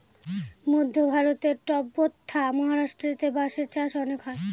মধ্য ভারতে ট্বতথা মহারাষ্ট্রেতে বাঁশের চাষ অনেক হয়